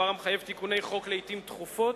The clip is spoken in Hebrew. דבר המחייב תיקוני חוק לעתים תכופות,